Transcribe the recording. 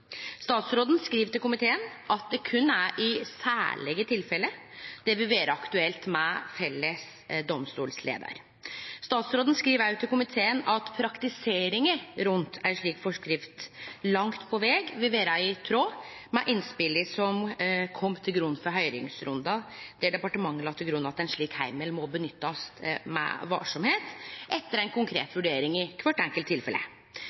Statsråden skriv til komiteen at det berre er i særlege tilfelle at det vil vere aktuelt med felles domstolleiar. Statsråden skriv òg til komiteen at praktiseringa av ei slik forskrift langt på veg vil vere i tråd med innspela som ligg til grunn frå høyringsrunden, der departementet la til grunn at ein slik heimel må nyttast med varsemd etter ei konkret vurdering i kvart enkelt tilfelle.